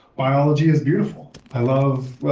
biology is beautiful. i love